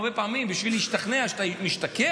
אני אמרתי שהרבה פעמים, בשביל להשתכנע שאתה משתקע,